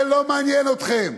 זה לא מעניין אתכם,